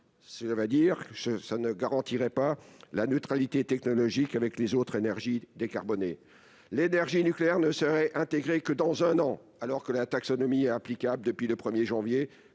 ne garantissant pas la neutralité technologique avec les autres énergies décarbonées. Elle ne serait intégrée que dans un an, alors que la taxonomie est applicable depuis le 1 janvier